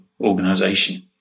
organization